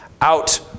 out